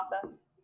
process